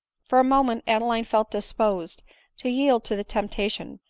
for a moment adeline felt disposed to yield to the temptation,